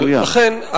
לכן,